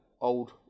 old